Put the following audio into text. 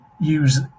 use